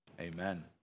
amen